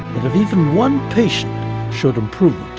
that if even one patient should improve,